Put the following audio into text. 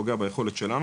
פוגע ביכולת שלנו.